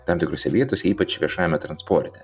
tam tikrose vietose ypač viešajame transporte